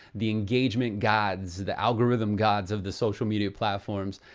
the engagement gods, the algorithm gods of the social media platforms,